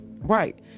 right